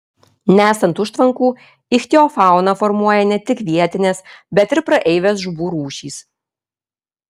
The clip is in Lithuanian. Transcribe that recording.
nesant užtvankų ichtiofauną formuoja ne tik vietinės bet ir praeivės žuvų rūšys